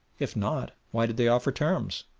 if not, why did they offer terms?